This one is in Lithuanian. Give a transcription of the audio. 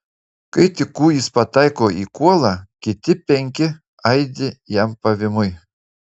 kai tik kūjis pataiko į kuolą kiti penki aidi jam pavymui